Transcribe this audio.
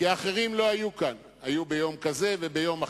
כי האחרים לא היו כאן, היו ביום כזה וביום אחר.